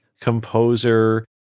Composer